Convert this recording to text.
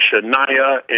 Shania